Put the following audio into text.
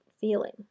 feeling